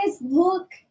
look